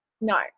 No